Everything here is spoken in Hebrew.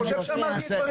אני חושב שאמרתי את דבריי.